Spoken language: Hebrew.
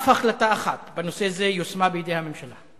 אף החלטה אחת בנושא זה לא יושמה בידי הממשלה.